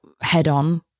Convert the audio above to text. head-on